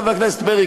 חבר הכנסת פרי,